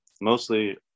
mostly